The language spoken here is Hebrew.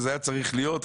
וזה היה צריך להיות,